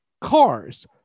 cars